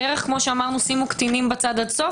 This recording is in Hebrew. בערך כמו שאמרנו: שימו קטינים בצד עד סוף